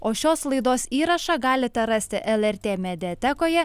o šios laidos įrašą galite rasti lrt mediatekoje